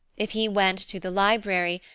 if he went to the library,